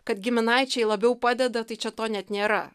kad giminaičiai labiau padeda tai čia to net nėra